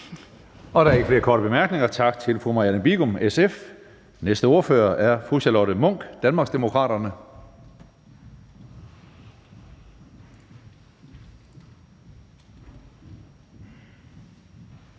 Der er ikke flere korte bemærkninger. Tak til fru Marianne Bigum, SF. Den næste ordfører er fru Charlotte Munch, Danmarksdemokraterne.